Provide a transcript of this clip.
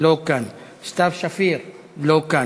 לא כאן, עמר בר-לב, לא כאן, סתיו שפיר, לא כאן,